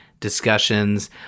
discussions